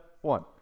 one